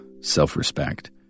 self-respect